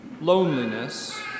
loneliness